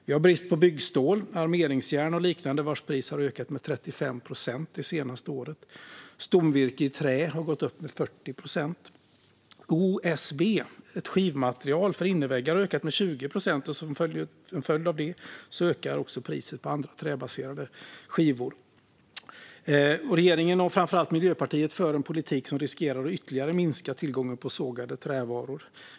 Vi har brist på byggstål, armeringsjärn och liknande, vars pris har stigit med 35 procent det senaste året. Stomvirke i trä har gått upp med 40 procent i pris. Priset på OSB, ett skivmaterial för innerväggar, har stigit med 20 procent. Till följd av det stiger också priserna på andra träbaserade skivor. Regeringen och framför allt Miljöpartiet för en politik som riskerar att ytterligare minska tillgången på sågade trävaror.